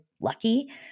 lucky